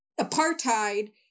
apartheid